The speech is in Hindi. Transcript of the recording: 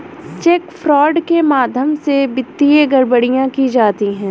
चेक फ्रॉड के माध्यम से वित्तीय गड़बड़ियां की जाती हैं